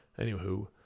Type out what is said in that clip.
Anywho